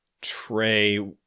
Trey